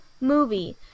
movie